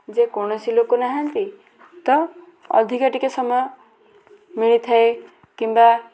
ଯେକୌଣସି ଲୋକ ନାହାନ୍ତି ତ ଅଧିକା ଟିକିଏ ସମୟ ମିଳିଥାଏ କିମ୍ବା